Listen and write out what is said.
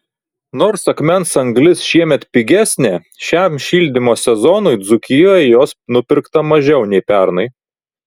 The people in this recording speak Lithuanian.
nors akmens anglis šiemet pigesnė šiam šildymo sezonui dzūkijoje jos nupirkta mažiau nei pernai